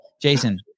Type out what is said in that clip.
Jason